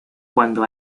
cuando